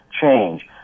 change